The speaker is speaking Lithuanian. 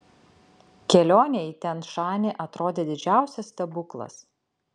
kelionė į tian šanį atrodė didžiausias stebuklas